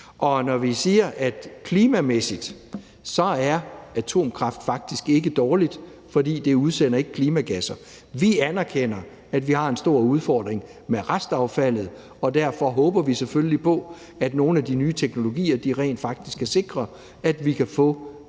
Og vi siger, at atomkraft klimamæssigt faktisk ikke er dårligt, fordi det ikke udsender klimagasser. Vi anerkender, at vi har en stor udfordring med restaffaldet, og derfor håber vi selvfølgelig på, at nogle af de nye teknologier rent faktisk kan sikre, at vi også